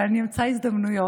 אבל אני אמצא הזדמנויות